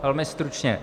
Velmi stručně.